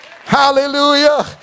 hallelujah